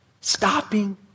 stopping